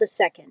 II